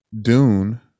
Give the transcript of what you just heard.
Dune